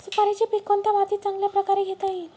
सुपारीचे पीक कोणत्या मातीत चांगल्या प्रकारे घेता येईल?